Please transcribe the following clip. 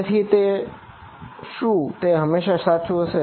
તેથી શું તે હંમેશા સાચું હશે